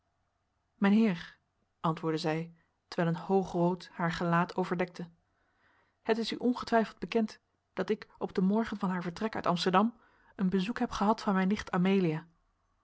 heer antwoordde zij terwijl een hoogrood haar gelaat overdekte het is u ongetwijfeld bekend dat ik op den morgen van haar vertrek uit amsterdam een bezoek heb gehad van mijn nicht amelia